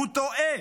הוא טועה.